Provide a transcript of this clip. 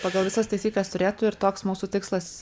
pagal visas taisykles turėtų ir toks mūsų tikslas